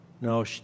No